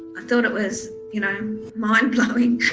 i thought it was you know mind blowing,